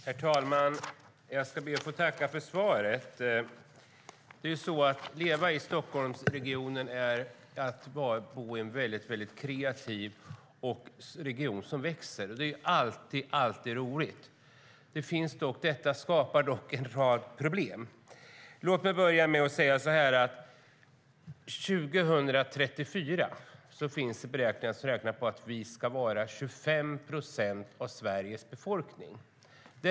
Herr talman! Jag ska be att få tacka ministern för svaret. Att leva i Stockholmsregionen innebär att vara i en väldigt kreativ region som växer. Det är alltid roligt. Detta skapar dock en rad problem. Låt mig börja med att säga att år 2034 beräknas vi vara 25 procent av Sveriges befolkning.